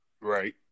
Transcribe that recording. right